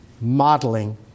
modeling